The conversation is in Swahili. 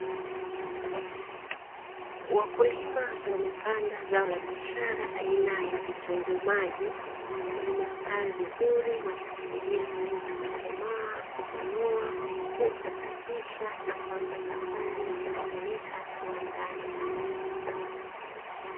Wakulima wamepanda zao la biashara aina ya vitunguu maji, vimestawi vizuri wakisubiria viweze kukomaa, kuving'oa, kuvisafisha na kuanza safari ya kuvipeleka kiwandani.